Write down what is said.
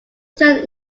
turned